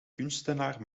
kunstenaar